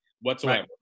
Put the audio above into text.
whatsoever